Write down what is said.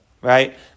right